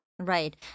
Right